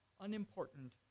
unimportant